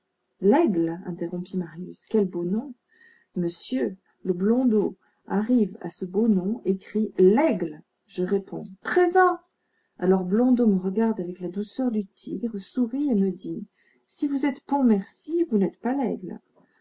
l'aigle interrompit marius quel beau nom monsieur le blondeau arrive à ce beau nom et crie laigle je réponds présent alors blondeau me regarde avec la douceur du tigre sourit et me dit si vous êtes pontmercy vous n'êtes pas laigle